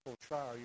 trial